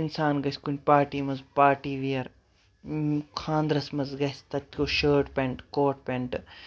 اِنسان گژھِ کُنہِ پارٹی منٛز پارٹی وِیر خاندرن منٛز شٲٹ پینٹ کوٹ پینٹ